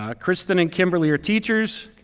ah kristin and kimberly are teachers.